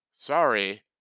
Sorry